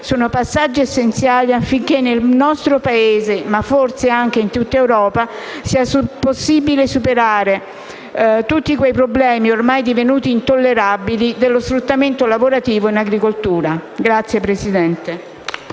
sono passaggi essenziali affinché nel nostro Paese, ma forse anche in tutta Europa, sia possibile superare i problemi ormai divenuti intollerabili dello sfruttamento lavorativo in agricoltura. *(Applausi